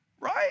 right